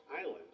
island